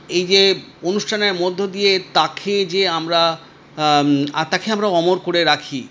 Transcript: এই যে অনুষ্ঠানের মধ্য দিয়ে তাঁকে যে আমরা তাঁকে আমরা অমর করে রাখি